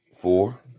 four